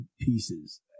pieces